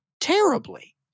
terribly